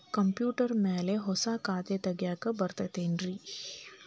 Computer ಮ್ಯಾಲೆ ಹೊಸಾ ಖಾತೆ ತಗ್ಯಾಕ್ ಬರತೈತಿ ಏನ್ರಿ?